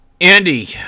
Andy